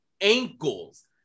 ankles